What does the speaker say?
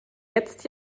jetzt